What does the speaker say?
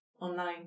online